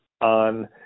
on